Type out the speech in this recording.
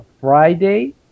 Friday